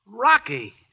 Rocky